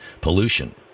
pollution